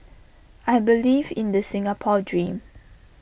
I believe in the Singapore dream